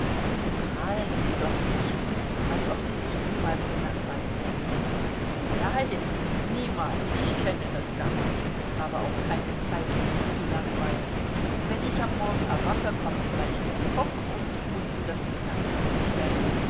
prahlen sie doch nicht als ob sie sich niemals gelangweilt hätten nein niemals ich kenne das gar nicht habe auch keine zeit um mich zu langweilen wenn ich am morgen erwache kommt gleich der koch und ich muß ihm das mittagessen bestellen